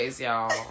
y'all